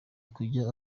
kujya